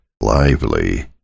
lively